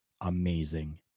amazing